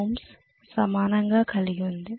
05Ω సమానంగా కలిగి ఉంది